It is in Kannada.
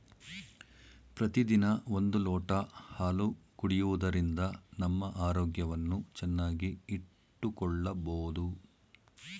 ಪ್ರತಿದಿನ ಒಂದು ಲೋಟ ಹಾಲು ಕುಡಿಯುವುದರಿಂದ ನಮ್ಮ ಆರೋಗ್ಯವನ್ನು ಚೆನ್ನಾಗಿ ಇಟ್ಟುಕೊಳ್ಳಬೋದು